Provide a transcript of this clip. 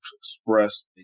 express